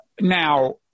Now